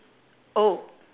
oh